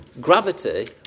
gravity